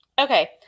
Okay